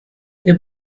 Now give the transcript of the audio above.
der